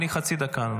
אני נותן לך חצי דקה.